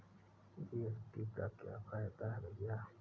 GST का क्या फायदा है भैया?